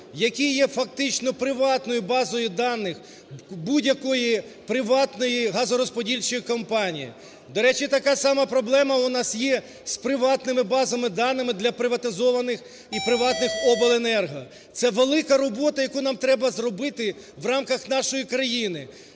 які є фактично приватною базою даних будь-якої приватної газорозподільчої компанії, до речі, така сама проблема у нас є з приватними базами даних для приватизованих і приватних "Обленерго". Це велика робота, яку нам треба зробити в рамках нашої країни,